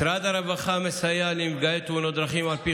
משרד הרווחה מסייע לנפגעי תאונות דרכים על פי